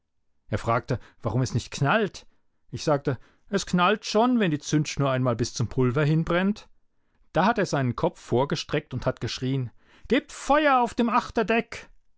er fragte warum es nicht knallt ich sagte es knallt schon wenn die zündschnur einmal bis zum pulver hinbrennt da hat er seinen kopf vorgestreckt und hat geschrien gebt feuer auf dem achterdeck